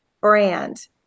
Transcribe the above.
brand